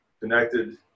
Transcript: connected